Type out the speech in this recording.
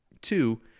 Two